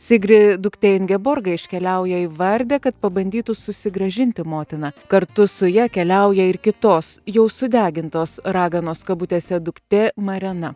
sigri duktė ingeborga iškeliauja į vardę kad pabandytų susigrąžinti motiną kartu su ja keliauja ir kitos jau sudegintos raganos kabutėse duktė marėna